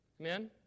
Amen